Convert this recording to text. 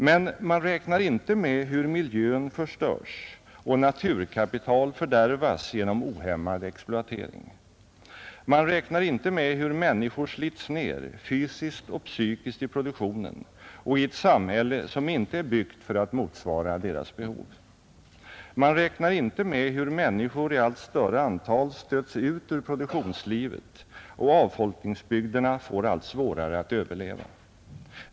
Men man räknar inte med hur miljön förstörs och naturkapital fördärvas genom ohämmad exploatering. Man räknar inte med hur människor slits ner fysiskt och psykiskt i produktionen och i ett samhälle som inte är byggt för att motsvara deras behov. Man räknar inte med hur människor i allt större antal stöts ut ur produktionslivet och att avfolkningsbygderna får allt svårare att överleva.